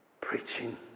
Preaching